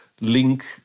link